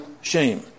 shame